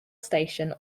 station